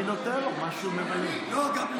אני נותן לו מה שהוא, לא, גם לי.